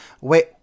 Wait